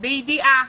בידיעה